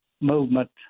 movement